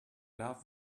love